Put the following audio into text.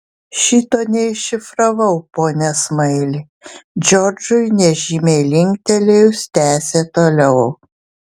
šito neiššifravau pone smaili džordžui nežymiai linktelėjus tęsė toliau